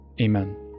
Amen